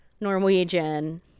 Norwegian